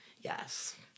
Yes